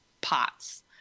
pots